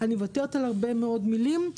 אני מוותרת על הרבה מאוד מילים.